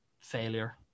failure